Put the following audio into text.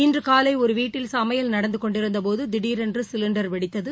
இன்று காலை ஒரு வீட்டில் சமையல் நடந்துகொண்டிருந்த போது திடீரென்று சிலிண்டர் வெடித்தது